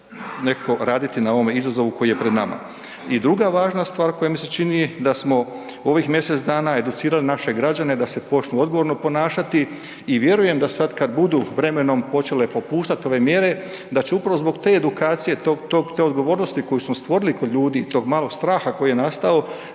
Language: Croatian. nekako raditi na ovome izazovu koji je pred nama. I druga važna stvar koja mi se čini da smo ovih mjesec dana educirali naše građen da se počnu odgovorno ponašati i vjerujem da sada kada budu vremenom počele popuštati ove mjere, da će upravo zbog te edukcije, te odgovornosti koje smo stvorili kod ljudi i tog malog straha koji je nastao